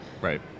Right